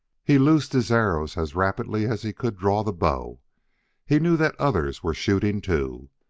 he loosed his arrows as rapidly as he could draw the bow he knew that others were shooting too.